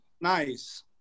nice